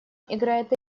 играет